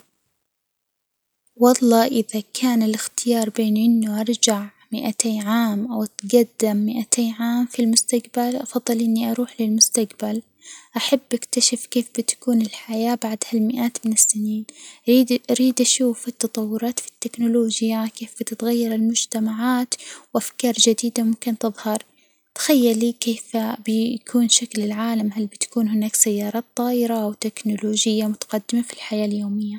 والله إذا كان الاختيار بين إني أرجع مائتي عام أو أتجدم مائتي عام في المستجبل، أفضل إني أروح للمستجبل، أحب أكتشف كيف بتكون الحياة بعد هالمئات من السنين، أعيد أريد أشوف التطورات في التكنولوجيا، وكيف بتتغير المجتمعات وأفكار جديدة ممكن تظهر، تخيلي كيف بيكون شكل العالم؟ هل بتكون هناك سيارات طايرة وتكنولوجيا متجدمة في الحياة اليومية؟